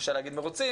קשה להגיד מרוצים,